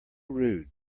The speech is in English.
rude